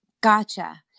Gotcha